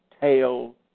tail